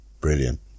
Brilliant